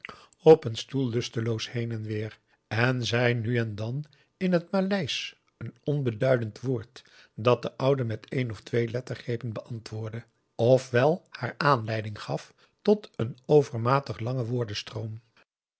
op een stoel lusteloos heen en weer en zei nu en dan in het maleisch een onbeduidend woord dat de oude met een of twee lettergrepen beantwoordde of wel haar aanleiding gaf tot een overmatig langen